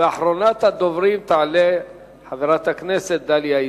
אחרונת הדוברים היא חברת הכנסת דליה איציק.